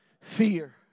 fear